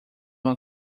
uma